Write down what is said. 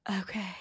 Okay